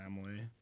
family